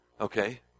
okay